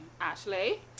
Ashley